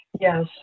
Yes